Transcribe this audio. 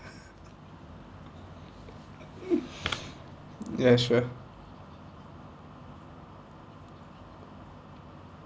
ya sure